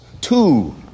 Two